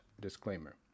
disclaimer